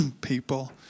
people